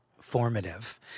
formative